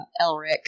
Elric